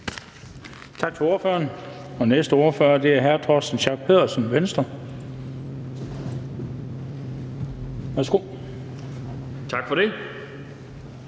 Tak til ordføreren. Den næste ordfører er hr. Torsten Schack Pedersen, Venstre. Værsgo. Kl.